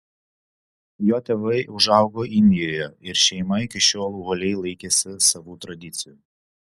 jo tėvai užaugo indijoje ir šeima iki šiol uoliai laikėsi savų tradicijų